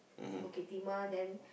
Bukit-Timah then